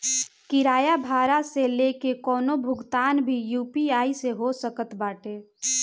किराया भाड़ा से लेके कवनो भुगतान भी यू.पी.आई से हो सकत बाटे